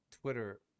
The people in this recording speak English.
Twitter